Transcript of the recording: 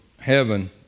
heaven